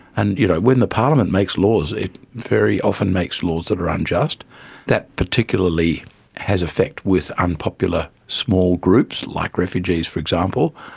and you know when the parliament makes laws it very often makes laws that are unjust that particularly has effect with unpopular small groups like refugees, for example,